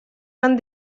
van